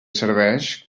serveix